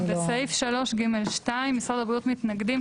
בסעיף 3(ג)(ד) משרד הבריאות מתנגדים.